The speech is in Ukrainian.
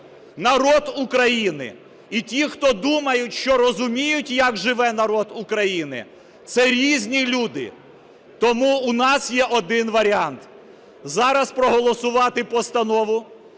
народ України і ті, хто думають, що розуміють, як живе народ України, – це різні люди. Тому у нас є один варіант: зараз проголосувати постанову,